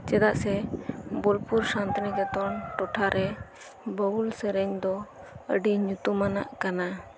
ᱪᱮᱫᱟᱜ ᱥᱮ ᱵᱳᱞᱯᱩᱨ ᱥᱟᱱᱛᱤᱱᱤᱠ ᱮᱛᱚᱱ ᱴᱚᱴᱷᱟᱨᱮ ᱵᱟᱣᱩᱞ ᱥᱮᱨᱮᱧ ᱫᱚ ᱟ ᱰᱤ ᱧᱩᱛᱩᱢᱟᱱᱟᱜ ᱠᱟᱱᱟ